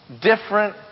Different